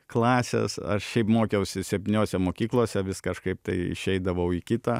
klasės aš šiaip mokiausi septyniose mokyklose vis kažkaip tai išeidavau į kitą